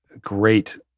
great